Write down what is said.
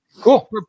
cool